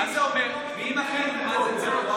מה זה אומר, מי ינהל את כל זה?